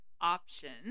options